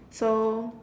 so